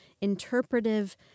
interpretive